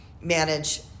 manage